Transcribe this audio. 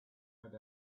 had